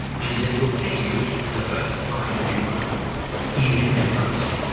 and he said we'll pay you for the first five that you write even, if we don't publish them.